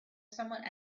someone